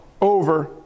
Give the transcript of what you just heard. over